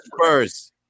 Spurs